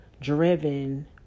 driven